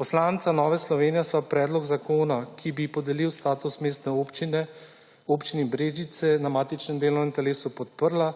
Poslanca Nove Slovenije sva predloga zakona, ki bi podelil status mestne občine Občini Brežice na matičnem delovnem telesu podprla,